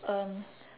um